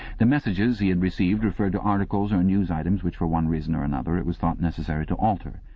the messages he had received referred to articles or news items which for one reason or another it was thought necessary to alter,